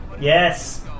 yes